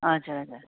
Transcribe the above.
हजुर हजुर